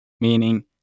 meaning